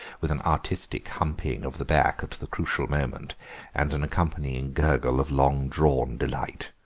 with an artistic humping of the back at the crucial moment and an accompanying gurgle of long-drawn delight.